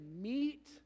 meet